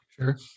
Sure